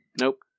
Nope